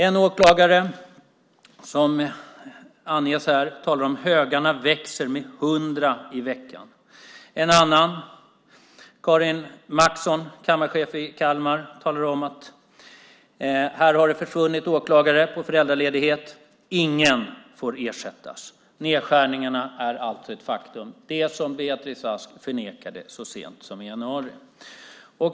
En åklagare som anges i artikeln talar om att högarna växer med 100 i veckan. En annan, Carina Maxson, kammarchef i Kalmar, talar om att det har försvunnit åklagare på föräldraledighet. Ingen får ersättas. Nedskärningarna är alltså ett faktum, det som Beatrice Ask förnekade så sent som i januari.